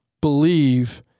believe